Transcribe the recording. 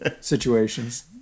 situations